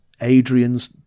Adrian's